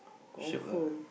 shiok ah